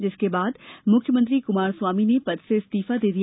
जिसके बाद मुख्यमंत्री कुमारस्वामी ने पद से इस्तीफा दे दिया